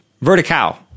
Vertical